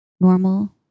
Normal